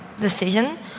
decision